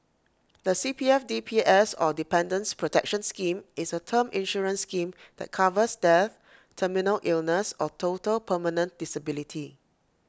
the C P F D P S or Dependants' protection scheme is A term insurance scheme that covers death terminal illness or total permanent disability